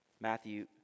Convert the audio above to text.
Matthew